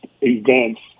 events